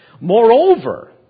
Moreover